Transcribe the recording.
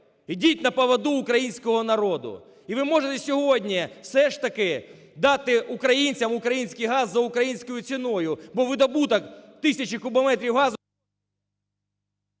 Йдіть на поводу в українського народу! І ви можете сьогодні все ж таки дати українцям український газ за українською ціною, бо видобуток 1000 кубометрів газу…